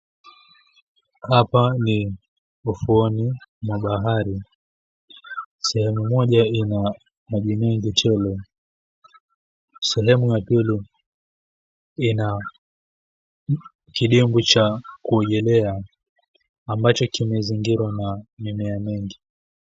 Hapa ni ufuoni wa bahari sehemu moja ina maji mengi tele sehemu ya pili ina kidimbwi cha kuogelea ambacho kimezingirwa na mimea mingi.